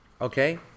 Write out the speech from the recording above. Okay